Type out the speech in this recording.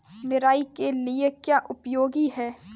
निराई के लिए क्या उपयोगी है?